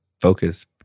focus